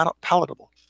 palatable